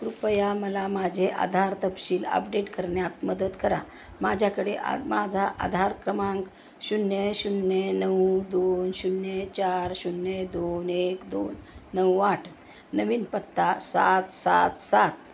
कृपया मला माझे आधार तपशील आपडेट करण्यात मदत करा माझ्याकडे आ माझा आधार क्रमांक शून्य शून्य नऊ दोन शून्य चार शून्य दोन एक दोन नऊ आठ नवीन पत्ता सात सात सात